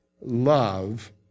love